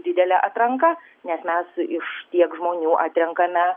didelė atranka nes mes iš tiek žmonių atrenkame